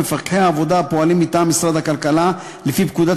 מפקחי העבודה הפועלים מטעם משרד הכלכלה לפי פקודת